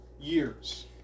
years